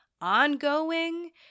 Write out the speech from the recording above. ongoing